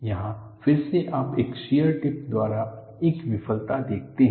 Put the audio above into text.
यहाँ फिर से आप एक शियर लिप द्वारा एक विफलता देखते हैं